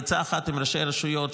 בעצה אחת עם ראשי הרשויות,